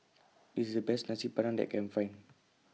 This IS The Best Nasi Padang that I Can Find